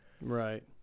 Right